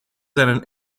seinen